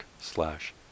slash